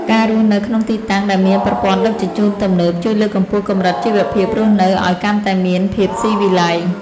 ការរស់នៅក្នុងទីតាំងដែលមានប្រព័ន្ធដឹកជញ្ជូនទំនើបជួយលើកកម្ពស់កម្រិតជីវភាពរស់នៅឱ្យកាន់តែមានភាពស៊ីវិល័យ។